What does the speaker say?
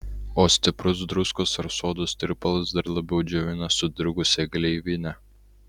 o stiprus druskos ar sodos tirpalas dar labiau džiovina sudirgusią gleivinę